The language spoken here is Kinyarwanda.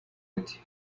ati